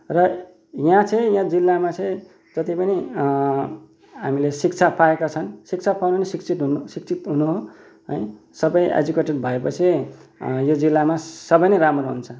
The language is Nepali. र यहाँ चाहिँ यहाँ जिल्लमा चाहिँ जति पनि हामीले शिक्षा पाएका छन् शिक्षा पाउनु शिक्षित हुनु शिक्षित हुनु है सबै एजुकेटेड भएपछि यो जिल्लामा सबै नै राम्रो हुन्छ